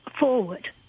forward